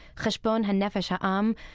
heshbon nefesh ah um